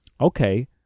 okay